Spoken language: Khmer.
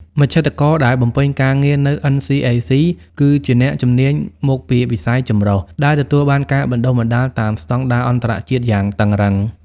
មជ្ឈត្តករដែលបំពេញការងារនៅ NCAC គឺជាអ្នកជំនាញមកពីវិស័យចម្រុះ ដែលទទួលបានការបណ្ដុះបណ្ដាលតាមស្ដង់ដារអន្តរជាតិយ៉ាងតឹងរ៉ឹង។